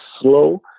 slow